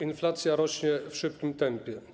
Inflacja rośnie w szybkim tempie.